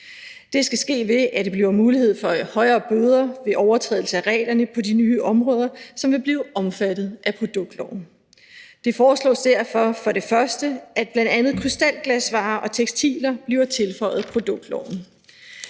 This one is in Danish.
Det skal ske ved, at der bliver mulighed for at give højere bøder ved overtrædelse af reglerne på de nye områder, som vil blive omfattet af produktloven. Det foreslås derfor for det første, at bl.a. krystalglasvarer og tekstiler bliver tilføjet produktloven.